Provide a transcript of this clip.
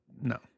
No